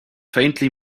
faintly